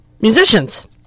musicians